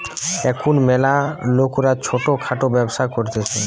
এখুন ম্যালা লোকরা ছোট খাটো ব্যবসা করতিছে